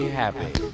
happy